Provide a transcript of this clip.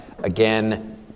Again